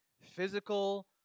physical